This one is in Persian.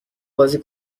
بازی